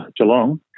Geelong